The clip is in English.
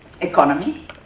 economy